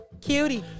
Cutie